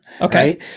okay